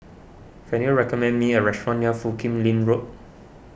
can you recommend me a restaurant near Foo Kim Lin Road